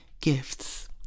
gifts